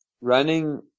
running